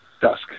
dusk